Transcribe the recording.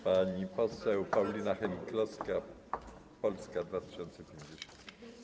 Pani poseł Paulina Hennig-Kloska, Polska 2050.